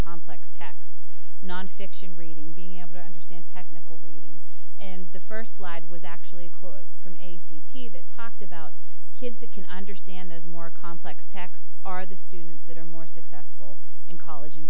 complex texts nonfiction reading being able to understand technical reading and the first slide was actually a clip from a c t that talked about kids that can understand those more complex tax are the students that are more successful in college and